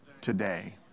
today